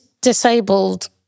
disabled